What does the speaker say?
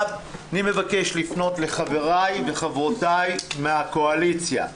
אני מבקש לפנות לחבריי וחברותיי מהקואליציה,